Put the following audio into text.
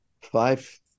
five